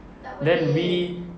then we